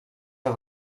are